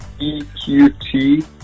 EQT